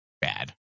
bad